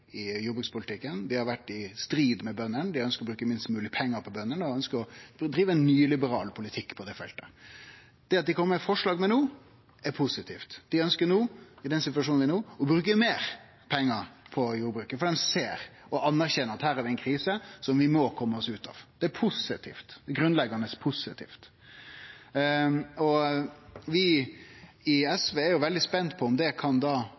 jordbrukspolitikken, dei har vore i strid med bøndene, dei ønskjer å bruke minst mogleg pengar på bøndene og ønskjer å drive ein nyliberal politikk på det feltet. Det at dei kjem med forslag no, er positivt. Dei ønskjer i den situasjonen vi er i no, å bruke meir pengar på jordbruket, for dei ser og anerkjenner at her er det ei krise som vi må kome oss ut av. Det er grunnleggjande positivt. Vi i SV er jo veldig spente på om det kan